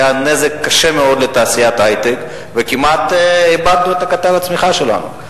היה נזק קשה מאוד לתעשיית ההיי-טק וכמעט איבדנו את קטר הצמיחה שלנו.